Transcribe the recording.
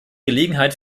gelegenheit